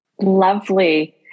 Lovely